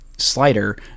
slider